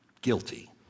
Guilty